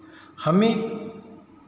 हमें